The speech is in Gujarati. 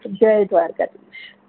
જય દ્વારકાધીશ